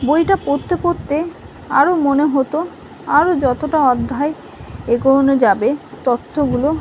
বইটা পড়তে পড়তে আরও মনে হতো আরও যতটা অধ্যায় এগোনো যাবে তথ্যগুলো